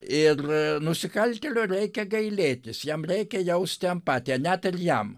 ir nusikaltėlio reikia gailėtis jam reikia jausti empatiją net ir jam